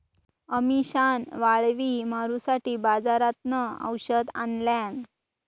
अमिशान वाळवी मारूसाठी बाजारातना औषध आणल्यान